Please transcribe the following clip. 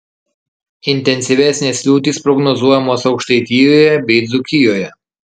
intensyvesnės liūtys prognozuojamos aukštaitijoje bei dzūkijoje